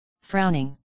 frowning